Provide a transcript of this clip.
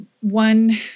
one